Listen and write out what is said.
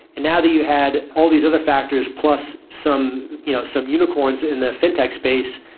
and now that you had all these other factors plus some you know some unicorns in the fintech space,